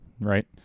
Right